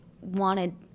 wanted